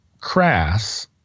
crass